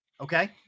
Okay